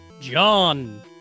John